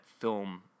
film